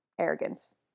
arrogance